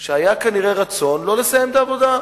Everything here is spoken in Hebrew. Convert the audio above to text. שהיה כנראה רצון שלא לסיים את העבודה,